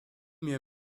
mir